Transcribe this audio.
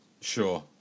Sure